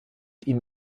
ihm